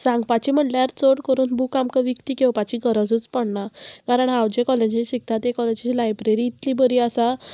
सांगपाची म्हणल्यार चड करून बूक आमकां विकती घेवपाची गरजूच पडना कारण हांव जे कॉलेजी शिकता तें कॉलेजीची लायब्ररी इतली बरी आसा